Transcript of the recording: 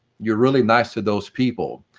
you're really nice to those people.